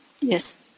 Yes